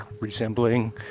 resembling